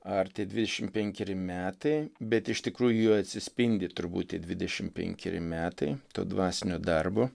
ar tie dvidešim penkeri metai bet iš tikrųjų joj atsispindi turbūt dvidešim penkeri metai to dvasinio darbo